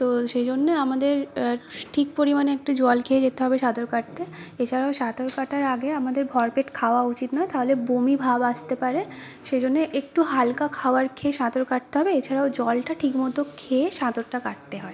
তো সেই জন্যে আমাদের ঠিক পরিমাণে একটু জল খেয়ে যেতে হবে সাঁতার কাটতে এছাড়াও সাঁতার কাটার আগে আমাদের ভরপেট খাওয়া উচিত নয় তাহলে বমিভাব আসতে পারে সেই জন্যে একটু হালকা খাওয়ার খেয়ে সাঁতার কাটতে হবে এছাড়াও জলটা ঠিক মতো খেয়ে সাঁতারটা কাটতে হয়